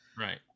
Right